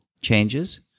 changes